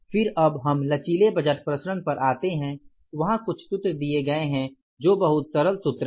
फिर अब हम लचीले बजट प्रसरण पर आते है वहां कुछ सूत्र दिए गए हैं जो बहुत सरल सूत्र हैं